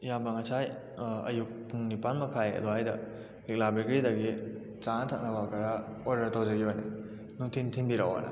ꯏꯌꯥꯝꯕ ꯉꯁꯥꯏ ꯑꯌꯨꯛ ꯄꯨꯡ ꯅꯤꯄꯥꯜ ꯃꯈꯥꯏ ꯑꯗꯨꯋꯥꯏꯗ ꯂꯤꯛꯂꯥ ꯕꯦꯀꯥꯔꯤꯗꯒꯤ ꯆꯥꯅ ꯊꯛꯅꯕ ꯈꯔ ꯑꯣꯗꯔ ꯇꯧꯖꯈꯤꯕꯅꯤ ꯅꯨꯡꯊꯤꯟ ꯊꯤꯟꯕꯤꯔꯛꯑꯣꯅ